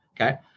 Okay